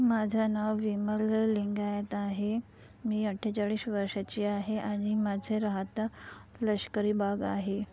माझं नाव विमल लिंगायत आहे मी अठ्ठेचाळीस वर्षाची आहे आणि माझं राहतं लष्करी बाग आहे